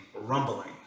rumbling